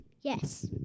Yes